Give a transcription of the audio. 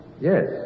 Yes